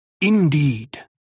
Indeed